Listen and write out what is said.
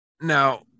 now